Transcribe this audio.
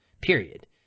period